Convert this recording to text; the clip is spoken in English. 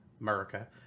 America